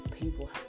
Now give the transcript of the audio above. people